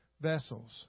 vessels